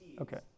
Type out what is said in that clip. okay